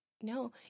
no